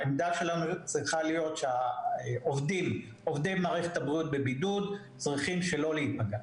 העמדה שלנו צריכה להיות שעובדי מערכת הבריאות בבידוד צריכים שלא להיפגע.